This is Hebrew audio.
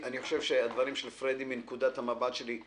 אני חושב שהדברים של פרדי מנקודת המבט שלי,